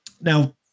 Now